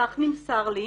כך נמסר לי,